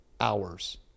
hours